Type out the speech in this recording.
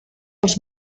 els